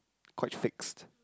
quite fixed